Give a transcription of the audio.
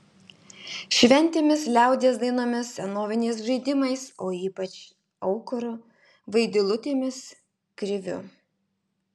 šventėmis liaudies dainomis senoviniais žaidimais o ypač aukuru vaidilutėmis kriviu